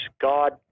God